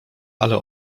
ale